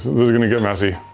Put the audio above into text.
this is gonna get messy.